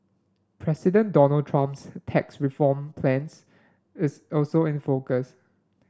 President Donald Trump's tax reform plan is also in focus